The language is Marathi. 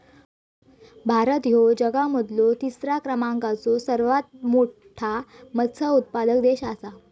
भारत ह्यो जगा मधलो तिसरा क्रमांकाचो सर्वात मोठा मत्स्य उत्पादक देश आसा